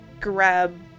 grab